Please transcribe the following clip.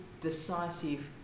decisive